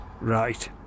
Right